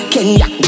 Kenya